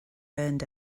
earned